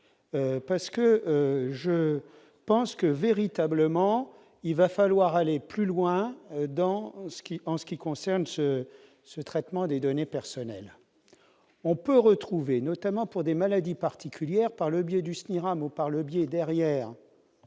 parce que je pense que véritablement, il va falloir aller plus loin dans ce qui, en ce qui concerne ce ce traitement des données personnelles, on peut retrouver, notamment pour des maladies particulières, par le biais du Smirat mot par le biais derrière